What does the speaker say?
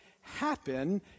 happen